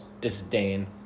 disdain